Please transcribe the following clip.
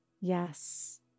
Yes